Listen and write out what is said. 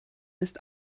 ist